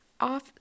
off